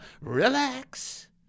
relax